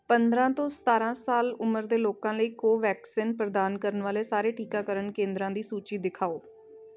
ਪੰਦਰਾਂ ਤੋਂ ਸਤਾਰਾਂ ਸਾਲ ਉਮਰ ਦੇ ਲੋਕਾਂ ਲਈ ਕੋਵੈਕਸਿਨ ਪ੍ਰਦਾਨ ਕਰਨ ਵਾਲੇ ਸਾਰੇ ਟੀਕਾਕਰਨ ਕੇਂਦਰਾਂ ਦੀ ਸੂਚੀ ਦਿਖਾਓ